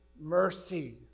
mercy